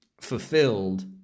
fulfilled